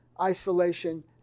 isolation